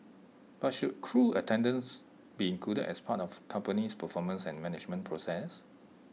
but should crew attendance be included as part of company's performance and management process